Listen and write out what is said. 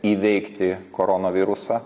įveikti koronavirusą